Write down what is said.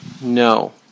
No